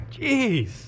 Jeez